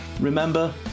Remember